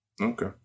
okay